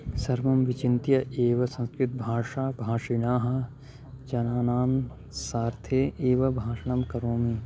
सर्वं विचिन्त्य एव संस्कृतभाषाभाषिणां जनानां सार्थे एव भाषणं करोमि